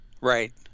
right